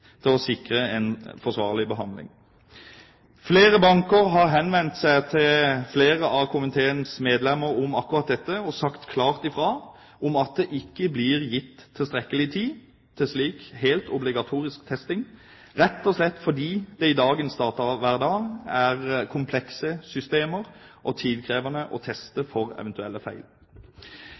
til å sikre en forsvarlig behandling. Flere banker har henvendt seg til flere av komiteens medlemmer om akkurat dette og sagt klart fra om at det ikke blir gitt tilstrekkelig tid til slik helt obligatorisk testing, rett og slett fordi det i dagens datahverdag er komplekse systemer og tidkrevende å teste for eventuelle feil.